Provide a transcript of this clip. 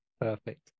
Perfect